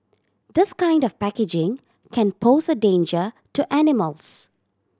this kind of packaging can pose a danger to animals